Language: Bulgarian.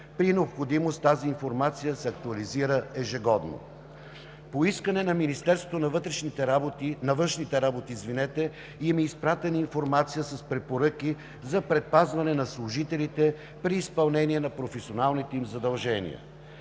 При необходимост тази информация се актуализира ежедневно. По искане на Министерството на външните работи има изпратена информация с препоръки за предпазване на служителите при изпълнение на професионалните им задължения.